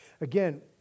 Again